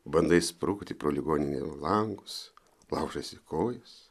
bandai sprukti pro ligoninės langus laužaisi kojas